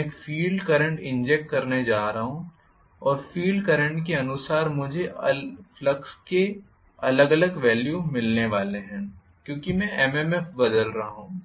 मैं एक field current inject करने जा रहा हूं और फील्ड करंट के अनुसार मुझे फ्लक्स के अलग अलग वेल्यू मिलने वाले हैं क्योंकि MMF बदल रहा है